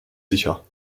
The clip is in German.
sicher